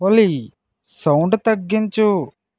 ఓలీ sound తగ్గించు